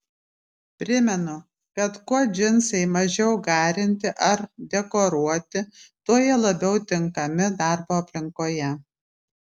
primenu kad kuo džinsai mažiau garinti ar dekoruoti tuo jie labiau tinkami darbo aplinkoje